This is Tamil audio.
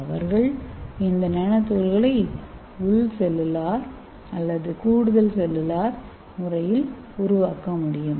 அவர்கள் இந்தநானோதுகள்களை உள் செல்லுலார் அல்லது கூடுதல் செல்லுலார் முறையில்உருவாக்க முடியும்